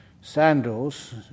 sandals